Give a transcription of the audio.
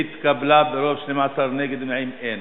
התקבלה ברוב של 12, נגד ונמנעים, אין.